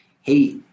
hey